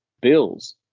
bills